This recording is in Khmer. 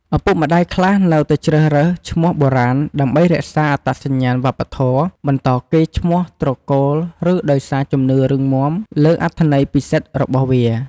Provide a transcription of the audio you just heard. ឪពុកម្ដាយខ្លះនៅតែជ្រើសរើសឈ្មោះបុរាណដើម្បីរក្សាអត្តសញ្ញាណវប្បធម៌ បន្តកេរ្តិ៍ឈ្មោះត្រកូល ឬដោយសារជំនឿរឹងមាំលើអត្ថន័យពិសិដ្ឋរបស់វា។